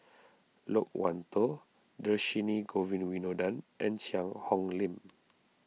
Loke Wan Tho Dhershini Govin Winodan and Cheang Hong Lim